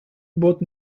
both